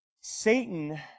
Satan